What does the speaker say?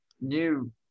new